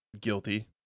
Guilty